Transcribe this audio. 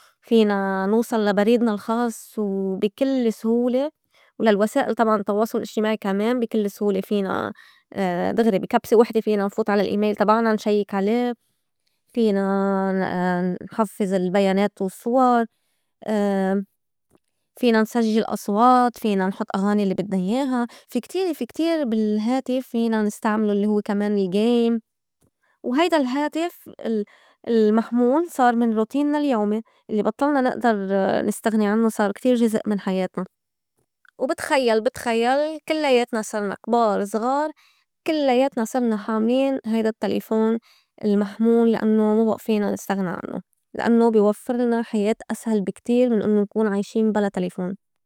فينا نوصل لبريدنا الخاص وبي كل سهولة وللوسائل طبعاً التواصل الاجتماعي كمان بي كل سهولة فينا دغري بكبسة وحدة فينا نفوت على ال email تبعنا نشيّك علي، فينا ن- نحفّظ البيانات والصّور، فينا نسجّل أصوات، فينا نحُط أغاني الّي بدنا ياها، في- كتير- في كتير بالهاتف فينا نستعمله الّي هوّ كمان ال game، وهيدا الهاتف ال- المحمول صار من روتينّا اليومي الّي بطّلنا نئدر نستغني عنّو صار كتير جزء من حياتنا وبتخيّل- بتخيّل كلّياتنا صرنا كبار زغار كلّياتنا صرنا حاملين هيدا التلفون المحمول لأنوا ما بئى فينا نستغني عنّو لأنوا بي وفّرلنا حياة أسهل بي كتير من إنّو نكون عايشين بلا تلفون.